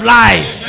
life